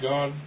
God